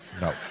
No